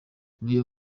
real